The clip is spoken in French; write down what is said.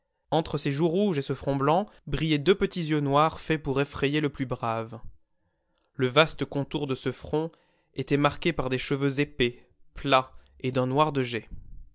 entre ces joues rouges et ce front blanc brillaient deux petits yeux noirs faits pour effrayer le plus brave le vaste contour de ce front était marqué par des cheveux épais plats et d'un noir de jais